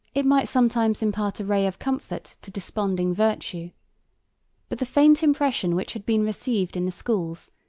it might sometimes impart a ray of comfort to desponding virtue but the faint impression which had been received in the schools,